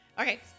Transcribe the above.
Okay